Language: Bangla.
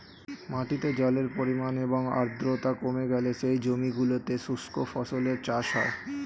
মাটিতে জলের পরিমাণ এবং আর্দ্রতা কমে গেলে সেই জমিগুলোতে শুষ্ক ফসলের চাষ হয়